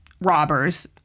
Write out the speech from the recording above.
robbers